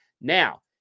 Now